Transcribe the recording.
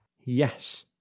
yes